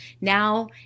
Now